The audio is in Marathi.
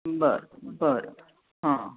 बरं बरं हां